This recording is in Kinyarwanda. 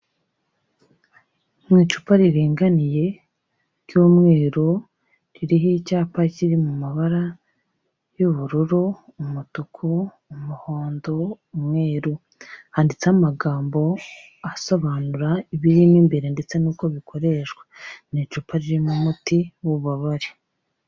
Mu icupa riringaniye ry'umweru ririho icyapa kiri mu mabara y'ubururu, umutuku, umuhondo, umweru. Handitse amagambo asobanura ibirimo imbere ndetse n'uko bikoreshwa, ni icupa ririmo umuti w'ububabare.